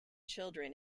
children